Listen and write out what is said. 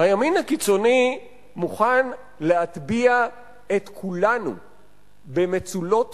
הימין הקיצוני מוכן להטביע את כולנו במצולות